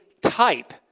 type